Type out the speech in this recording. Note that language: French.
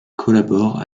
collabore